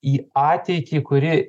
į ateitį kuri